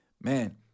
man